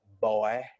boy